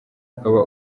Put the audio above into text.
ukaba